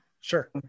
sure